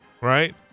right